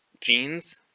jeans